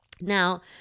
Now